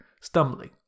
stumbling